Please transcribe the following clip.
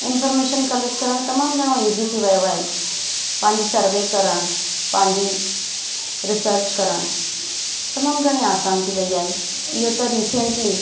information collect करणु तमामु घणो ईज़ी थी वियो आहे पंहिंजी सर्वे करणु पंहिंजी रिसर्च करणु तमामु घणी आसानु थी वेई आहे इहो त रीसेंटली